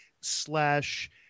slash